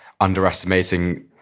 underestimating